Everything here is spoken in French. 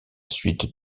suite